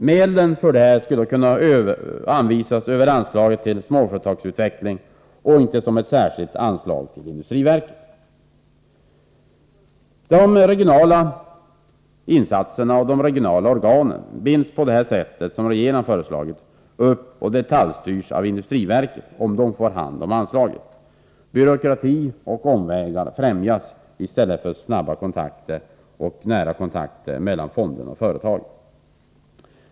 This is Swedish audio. Medlen för detta skulle kunna anvisas över anslaget till småföretagsutveckling och inte som ett särskilt anslag till industriverket. De regionala insatserna och organen binds på det sätt som regeringen har föreslagit upp och detaljstyrs av industriverket om det får hand om anslagen. Byråkrati och omvägar främjas i stället för snabba och nära kontakter mellan fonderna och företagen.